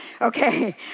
okay